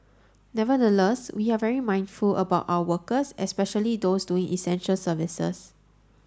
nevertheless we are very mindful about our workers especially those doing essential services